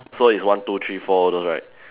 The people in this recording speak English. so it's one two three four all those right